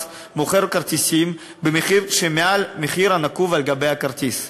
מוכר כרטיסים במחיר שמעל למחיר הנקוב על גבי הכרטיס.